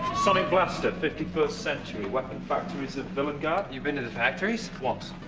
sonic blaster, fifty first century. weapon factories of villengard. you've been to the factories? once.